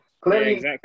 clearly